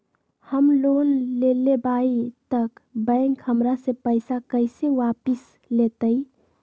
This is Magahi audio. हम लोन लेलेबाई तब बैंक हमरा से पैसा कइसे वापिस लेतई?